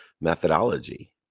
methodology